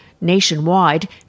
Nationwide